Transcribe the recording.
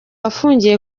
afungiye